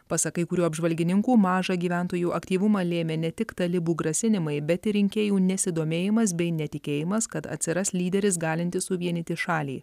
pasak kai kurių apžvalgininkų mažą gyventojų aktyvumą lėmė ne tik talibų grasinimai bet ir rinkėjų nesidomėjimas bei netikėjimas kad atsiras lyderis galintis suvienyti šalį